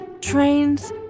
Trains